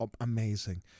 amazing